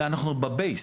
אלא אנחנו בבייס,